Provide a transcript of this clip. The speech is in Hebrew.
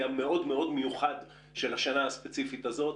המאוד-מאוד מיוחד של השנה הספציפית הזאת.